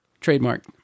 Trademark